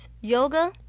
yoga